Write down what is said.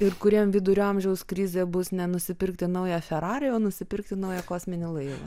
ir kuriam vidurio amžiaus krizė bus ne nusipirkti naują ferari o nusipirkti naują kosminį laivą